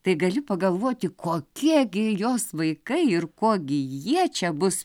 tai gali pagalvoti kokie gi jos vaikai ir ko gi jie čia bus